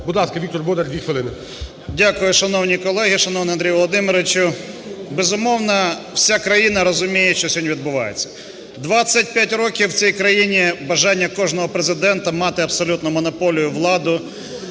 Дякую. Шановні колеги! Шановний Андрію Володимировичу! Безумовно, вся країна розуміє, що сьогодні відбувається. 25 років в цій країні бажання кожного Президента мати абсолютну монополію влади,